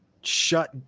shut